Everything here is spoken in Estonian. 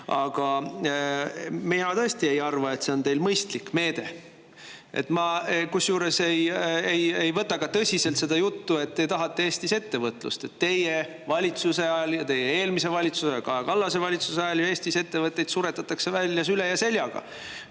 Mina tõesti ei arva, et see on teil mõistlik meede. Ma kusjuures ei võta ka tõsiselt seda juttu, et te tahate Eestis ettevõtlust. Teie ja teie eelmise valitsuse, Kaja Kallase valitsuse ajal ju Eestis ettevõtteid [suretati ja] suretatakse välja süle ja seljaga: